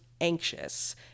anxious